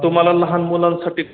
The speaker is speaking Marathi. तुम्हाला लहान मुलांसाठी